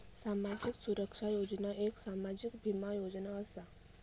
सामाजिक सुरक्षा योजना एक सामाजिक बीमा योजना असा